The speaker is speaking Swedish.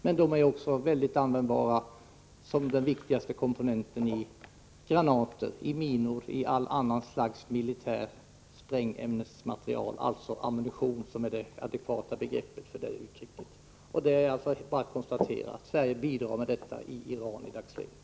Men de är också användbara som den viktigaste komponenten i granater, minor och annan militär sprängämnesmateriel, alltså ammunition, som är det adekvata begreppet. Det är alltså bara att konstatera att Sverige bidrar med sådant i Iran i dagsläget.